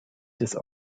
des